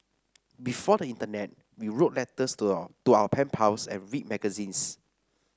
before the internet we wrote letters to our to our pen pals and read magazines